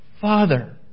Father